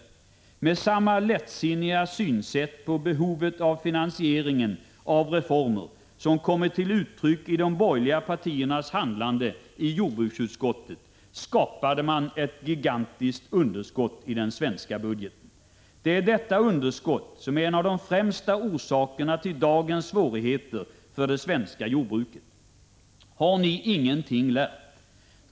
Med samma lättsinniga synsätt på behovet av finansieringen av reformer som kommer till uttryck i de borgerliga partiernas handlande i jordbruksutskottet skapade de ett gigantiskt underskott i den svenska budgeten. Det är detta underskott som är en av de främsta orsakerna till dagens svårigheter för det svenska jordbruket. Har ni ingenting lärt?